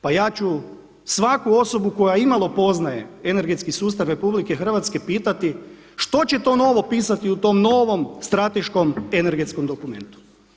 Pa ja ću svaku osobu koja imalo poznaje energetski sustav RH pitati, što će to novo pisati u tom novom strateškom energetskom dokumentu?